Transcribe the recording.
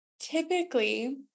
typically